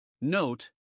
Note